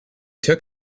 took